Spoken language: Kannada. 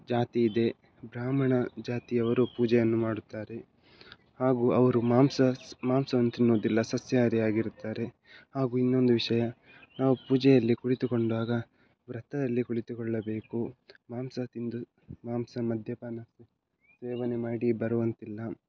ಜಾತಿ ಇದೆ ಬ್ರಾಹ್ಮಣ ಜಾತಿಯವರು ಪೂಜೆಯನ್ನು ಮಾಡುತ್ತಾರೆ ಹಾಗೂ ಅವರು ಮಾಂಸ ಮಾಂಸವನ್ನು ತಿನ್ನುವುದಿಲ್ಲ ಸಸ್ಯಹಾರಿ ಆಗಿರುತ್ತಾರೆ ಹಾಗೂ ಇನ್ನೊಂದು ವಿಷಯ ನಾವು ಪೂಜೆಯಲ್ಲಿ ಕುಳಿತುಕೊಂಡಾಗ ವ್ರತದಲ್ಲಿ ಕುಳಿತುಕೊಳ್ಳಬೇಕು ಮಾಂಸ ತಿಂದು ಮಾಂಸ ಮದ್ಯಪಾನ ಸೇವನೆ ಮಾಡಿ ಬರುವಂತಿಲ್ಲ